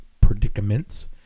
predicaments